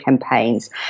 campaigns